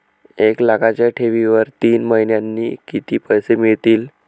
एक लाखाच्या ठेवीवर तीन महिन्यांनी किती पैसे मिळतील?